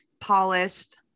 polished